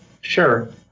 Sure